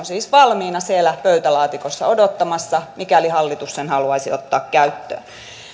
siis valmiina siellä pöytälaatikossa odottamassa mikäli hallitus sen haluaisi ottaa käyttöön